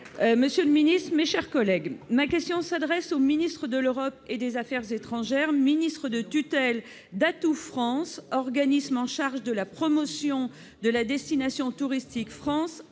messieurs les ministres, mes chers collègues, ma question s'adresse à M. le ministre de l'Europe et des affaires étrangères, ministre de tutelle d'Atout France, organisme chargé de la promotion de la destination touristique France